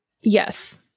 Yes